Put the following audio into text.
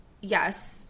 Yes